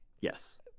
Yes